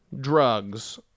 drugs